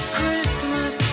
Christmas